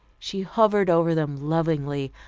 she hovered over them lovingly,